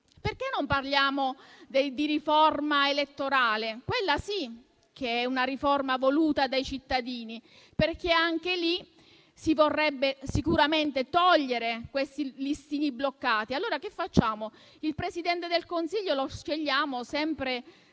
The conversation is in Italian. Perché non parliamo di riforma elettorale? Quella sì che è una riforma voluta dai cittadini, perché si vorrebbero sicuramente eliminare i listini bloccati. Allora che facciamo? Il Presidente del Consiglio lo scegliamo sempre